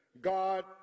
God